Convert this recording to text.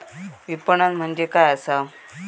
विपणन म्हणजे काय असा?